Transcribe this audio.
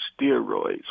steroids